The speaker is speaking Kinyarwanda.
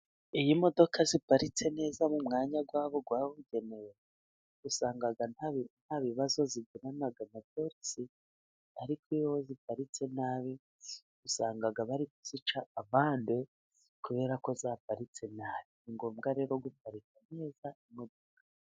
Iyo imodoka ziparitse neza mu mwanya wazo wabugenewe, usanga nta bibazo zigirana na porisi, ariko iyo ziparitse nabi, usanga bari kuzica amande, kubera ko zaparitse nabi. Ni ngombwa rero guparika neza imodoka neza.